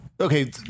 Okay